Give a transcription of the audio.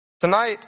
tonight